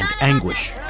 anguish